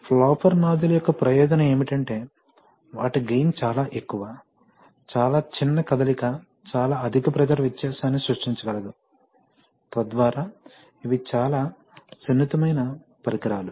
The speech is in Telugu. ఫ్లాపర్ నాజిల్ యొక్క ప్రయోజనం ఏమిటంటే వాటి గెయిన్ చాలా ఎక్కువ చాలా చిన్న కదలిక చాలా అధిక ప్రెషర్ వ్యత్యాసాన్ని సృష్టించగలదు తద్వారా ఇవి చాలా సున్నితమైన పరికరాలు